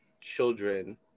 children